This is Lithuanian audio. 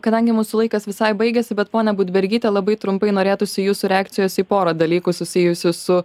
kadangi mūsų laikas visai baigiasi bet ponia budbergyte labai trumpai norėtųsi jūsų reakcijos į porą dalykų susijusių su